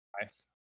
Nice